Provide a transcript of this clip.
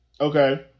Okay